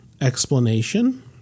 explanation